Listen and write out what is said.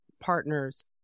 partners